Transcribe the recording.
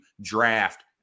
draft